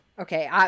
Okay